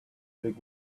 big